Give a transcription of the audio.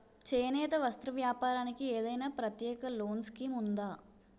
చేనేత వస్త్ర వ్యాపారానికి ఏదైనా ప్రత్యేక లోన్ స్కీం ఉందా?